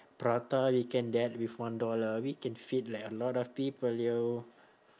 prata you can get with one dollar we can feed like a lot of people yo